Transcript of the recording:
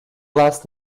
last